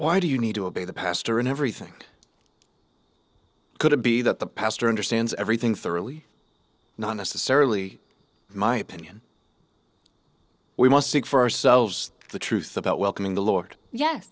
why do you need to obey the pastor in everything could it be that the pastor understands everything thoroughly not necessarily my opinion we must seek for ourselves the truth about welcoming the lord ye